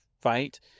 fight